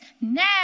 now